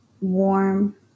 warm